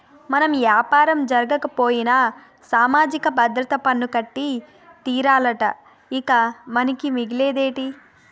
మన యాపారం జరగకపోయినా సామాజిక భద్రత పన్ను కట్టి తీరాలట ఇంక మనకి మిగిలేదేటి